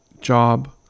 job